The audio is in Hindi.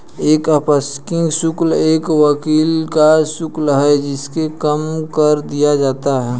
एक आकस्मिक शुल्क एक वकील का शुल्क है जिसे कम कर दिया जाता है